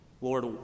Lord